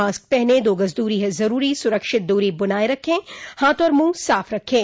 mask पहनें दो गज़ दूरी है ज़रूरी सुरक्षित दूरी बनाए रखें हाथ और मुंह साफ़ रखें